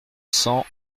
cent